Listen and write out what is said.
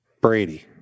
Brady